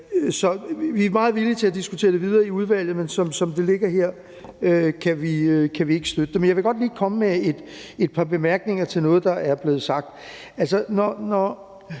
Vi er meget villige til at diskutere det videre i udvalget, men som det ligger her, kan vi ikke støtte det. Men jeg vil godt lige komme med et par bemærkninger til noget, der er blevet sagt.